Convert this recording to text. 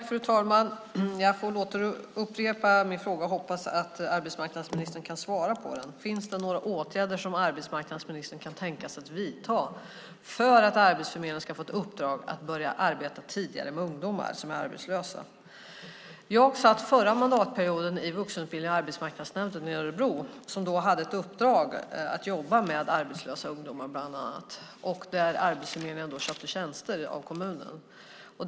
Fru talman! Jag får återupprepa min fråga och hoppas att arbetsmarknadsministern kan svara på den: Finns det några åtgärder som arbetsmarknadsministern kan tänka sig att vidta för att Arbetsförmedlingen ska få i uppdrag att börja arbeta tidigare med ungdomar som är arbetslösa? Jag satt förra mandatperioden i vuxenutbildnings och arbetsmarknadsnämnden i Örebro som då hade i uppdrag att jobba med bland annat arbetslösa ungdomar. Arbetsförmedlingen köpte tjänster av kommunen.